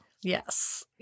Yes